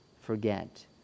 forget